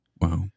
Wow